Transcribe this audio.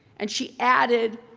and she added,